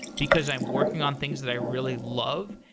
because i'm working on things that i really love.